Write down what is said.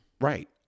Right